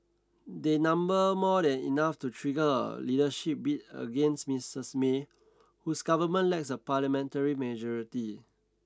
they number more than enough to trigger a leadership bid against Misses May whose government lacks a parliamentary majority